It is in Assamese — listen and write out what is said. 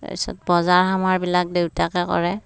তাৰপিছত বজাৰ সমাৰবিলাক দেউতাকে কৰে